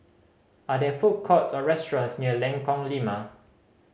are there food courts or restaurants near Lengkong Lima